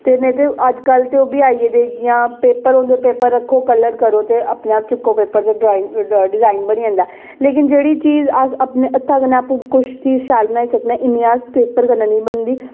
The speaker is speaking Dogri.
ते नेईं ते अजकल ते ओह्बी आइयै दे जियां पेपर होंदे पेपर रक्खो कलर करो ते अपने आप चुक्को पेपर ते डिजाइन डिजाइन बनी जंदा लेकिन जेह्ड़ी चीज अस अपने हत्थें कन्नै अस आपूं चीज शैल बनाई सकने इन्नी अस पेपर कन्नै निं बनदी